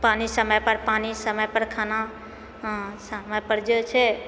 पानि समयपर पानि समयपर खाना समयपर जे छै